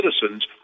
citizens